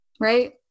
right